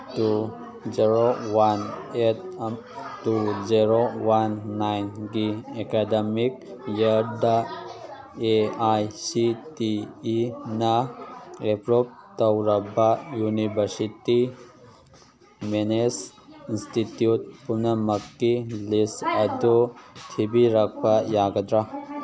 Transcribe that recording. two zero one eight two zero one ꯅꯥꯏꯟꯒꯤ academic ꯏꯌꯥꯔꯗ A I C T ꯏꯅ approve ꯇꯧꯔꯕ university ꯃꯦꯅꯦꯁ ꯏꯟꯁꯇꯤꯇ꯭ꯌꯨꯠ ꯄꯨꯝꯅꯃꯛꯀꯤ ꯂꯤꯁ ꯑꯗꯨ ꯊꯤꯕꯤꯔꯛꯄ ꯌꯥꯒꯗ꯭ꯔꯥ